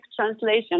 translation